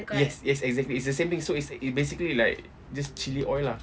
yes yes exactly it's the same thing so it's it basically like just chilli oil lah